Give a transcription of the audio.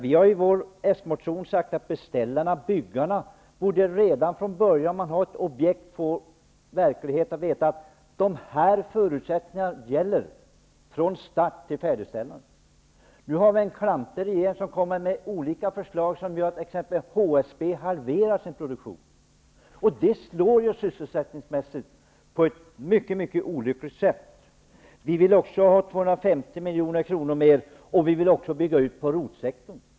Vi har i vår socialdemokratiska motion sagt att beställarna, byggarna, redan från ett objekts början borde få veta vilka förutsättningar som gäller i verkligheten, från start till färdigställande. Nu har vi en klantig regering som kommer med olika förslag, vilket innebär att t.ex. HSB halverar sin produktion. Det slår sysselsättningsmässigt på ett mycket olyckligt sätt. Vi vill också ha 250 milj.kr. mer, och vi vill bygga ut inom ROT-sektorn.